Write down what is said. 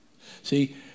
see